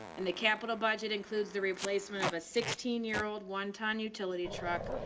and the capital budget includes the replacement of a sixteen year old one time utility truck,